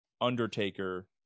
Undertaker